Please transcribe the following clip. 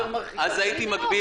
הגישה שלך יותר מרחיקת לכת.